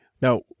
now